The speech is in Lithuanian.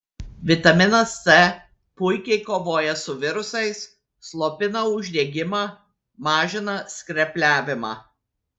vitaminas c puikiai kovoja su virusais slopina uždegimą mažina skrepliavimą